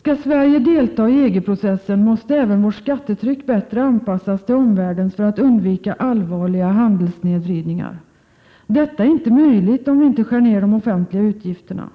”Skall Sverige delta i EG-processen måste även vårt skattetryck bättre anpassas till omvärldens för att undvika allvarliga handelssnedvridningar. Detta är inte möjligt om vi inte skär ned de offentliga utgifterna.